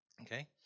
Okay